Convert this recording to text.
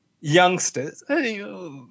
youngsters